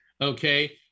Okay